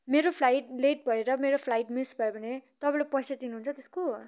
मेरो flight late भएर मेरो फ्लाइट मिस भयो भने तपाईँले पैसा दिनुहुन्छ त्यसको